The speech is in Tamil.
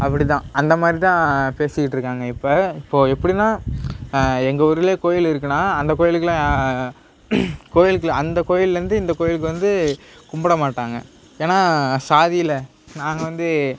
அப்படிதான் அந்த மாதிரிதான் பேசிக்கிட்டு இருக்காங்க இப்போ இப்போ எப்படின்னால் எங்கள் ஊருலேயே கோவில் இருக்குன்னால் அந்த கோயிலுக்கெல்லாம் கோயிலுக்கு அந்த கோயிலிலேருந்து இந்த கோயிலுக்கு வந்து கும்பிட மாட்டாங்க ஏன்னா சாதியில் நாங்கள் வந்து